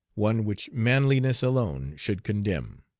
one which manliness alone should condemn.